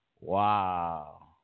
Wow